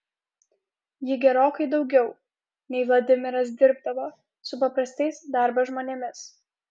ji gerokai daugiau nei vladimiras dirbdavo su paprastais darbo žmonėmis